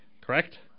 correct